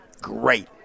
great